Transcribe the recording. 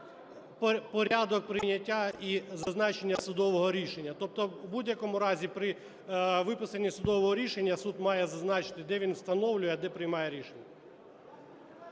порядок прийняття і зазначення судового рішення. Тобто в будь-якому разі при виписанні судового рішення суд має зазначити, де він встановлює, а де приймає рішення.